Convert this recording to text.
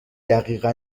دقیقا